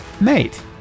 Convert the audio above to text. mate